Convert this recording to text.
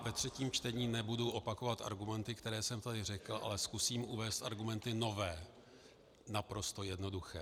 Ve třetím čtení nebudu opakovat argumenty, které jsem tady řekl, ale zkusím uvést argumenty nové, naprosto jednoduché.